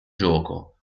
gioco